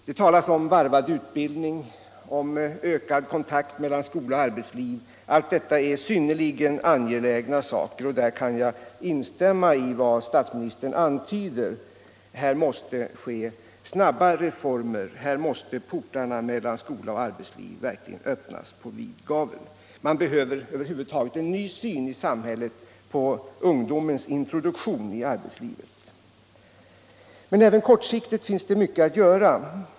Det talas om varvad utbildning och ökad kontakt mellan skola och arbetsliv. Allt detta är synnerligen angeläget, och där kan jag instämma i vad statsministern antyder, att här måste ske snabba reformer, här måste portarna mellan skola och arbetsliv verkligen öppnas på vid gavel. Man behöver över huvud taget en ny syn i samhället på ungdomens introduktion i arbetslivet. Men även kortsiktigt finns mycket att göra.